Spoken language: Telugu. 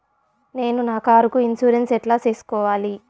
నేను నా కారుకు ఇన్సూరెన్సు ఎట్లా సేసుకోవాలి